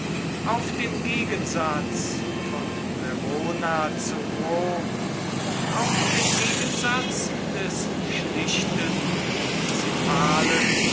auf dem gegensatz von verona zu rom auf dem gegensatz des schlichten